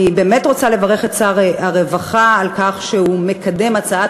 אני באמת רוצה לברך את שר הרווחה על כך שהוא מקדם הצעת